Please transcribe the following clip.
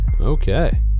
Okay